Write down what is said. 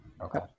Okay